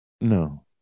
No